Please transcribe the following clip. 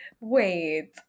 Wait